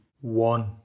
one